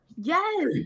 Yes